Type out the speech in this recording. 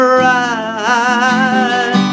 right